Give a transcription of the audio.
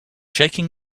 shaking